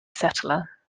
settler